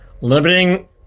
limiting